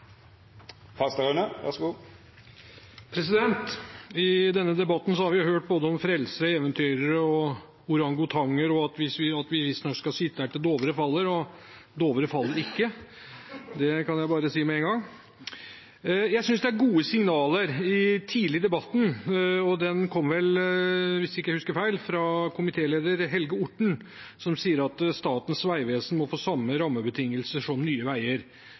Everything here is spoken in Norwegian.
har vi hørt om både frelsere, eventyrere og orangutanger og om at vi visstnok skal sitte her til Dovre faller – og Dovre faller ikke, det kan jeg bare si med en gang. Jeg synes det var gode signaler tidlig i debatten, og de kom vel – hvis jeg ikke husker feil – fra komitéleder Helge Orten, som sa at Statens vegvesen må få samme rammebetingelser som Nye veier.